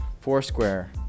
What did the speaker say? Foursquare